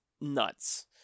nuts